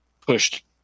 pushed